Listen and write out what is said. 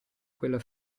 quella